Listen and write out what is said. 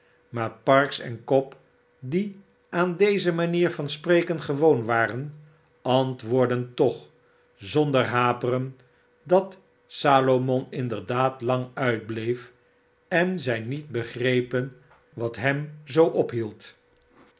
maar parkes en cobb die aan deze manier van spreken gewoon waren antwoordden toch zonder haperen dat salomon inderdaad lang uitbleef en zij niet begrepen wat hem zoo ophield